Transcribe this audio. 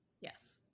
Yes